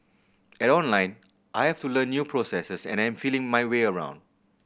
at Online I have to learn new processes and am feeling my way around